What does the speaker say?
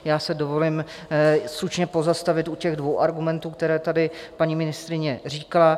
Já se dovolím stručně pozastavit u dvou argumentů, které tady paní ministryně říkala.